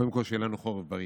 קודם כול שיהיה לנו חורף בריא.